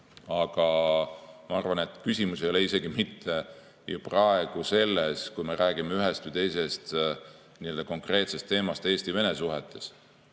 ma arvan, et küsimus ei ole isegi mitte selles, kui me räägime ühest või teisest konkreetsest teemast Eesti-Vene suhetes.